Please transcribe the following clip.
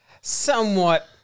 somewhat